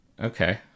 Okay